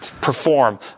perform